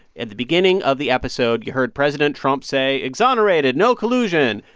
at the beginning of the episode, you heard president trump say exonerated, no collusion,